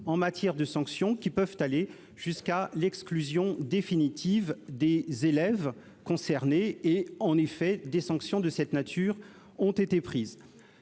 en matière de sanctions qui peuvent aller jusqu'à l'exclusion définitive des élèves concernés et, en effet, des sanctions de cette nature ont été prises,